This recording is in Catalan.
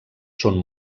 són